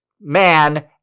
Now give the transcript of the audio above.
man